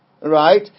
right